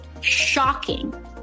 shocking